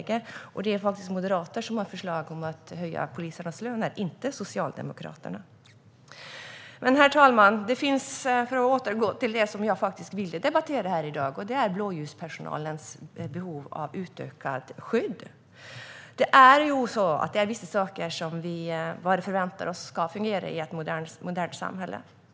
Det är faktiskt Moderaterna som har förslag om att höja polisernas löner, inte Socialdemokraterna. Herr talman! Jag ska återgå till det som jag ville debattera här i dag, nämligen blåljuspersonalens behov av utökat skydd. Det är vissa saker som vi bara förväntar oss ska fungera i ett modernt samhälle.